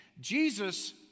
Jesus